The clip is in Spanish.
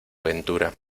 ventura